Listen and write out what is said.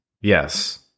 yes